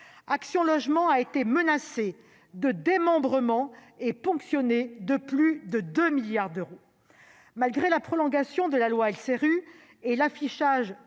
Action Logement a été menacé de démembrement et ponctionné de plus de 2 milliards d'euros. Malgré la prolongation de la loi relative